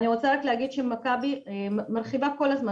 אני רוצה רק להגיד שמכבי מרחיבה כל הזמן